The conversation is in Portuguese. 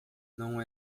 não